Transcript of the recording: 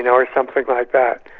and or something like that.